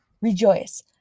rejoice